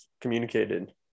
communicated